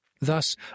Thus